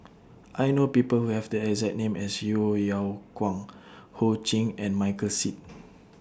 I know People Who Have The exact name as Yeo Yeow Kwang Ho Ching and Michael Seet